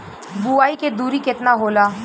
बुआई के दुरी केतना होला?